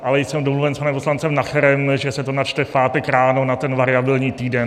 Ale jsem domluven s panem poslancem Nacherem, že se to načte v pátek ráno na variabilní týden.